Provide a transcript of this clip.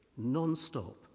nonstop